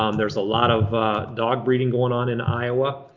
um there's a lot of dog breeding going on in iowa.